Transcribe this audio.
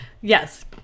Yes